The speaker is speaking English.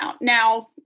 Now